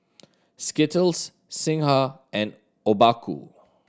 Skittles Singha and Obaku